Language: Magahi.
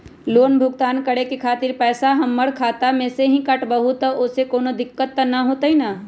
लोन भुगतान करे के खातिर पैसा हमर खाता में से ही काटबहु त ओसे कौनो दिक्कत त न होई न?